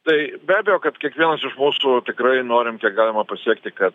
tai be abejo kad kiekvienas iš mūsų tikrai norim kiek galima pasiekti kad